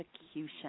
execution